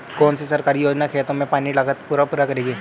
कौन सी सरकारी योजना खेतों के पानी की लागत को पूरा करेगी?